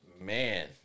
Man